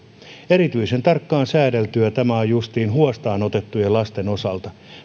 erityisen tarkkaan säädeltyä tämä on justiin huostaan otettujen lasten osalta